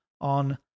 on